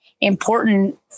important